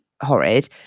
horrid